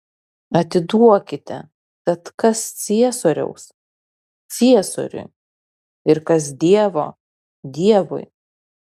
atiduokite tad kas ciesoriaus ciesoriui ir kas dievo dievui